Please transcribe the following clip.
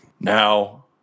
Now